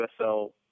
USL